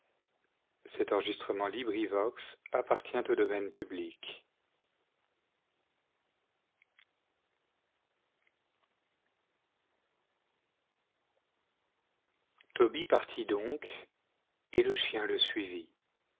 tobie partit donc et le chien je suivit